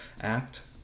act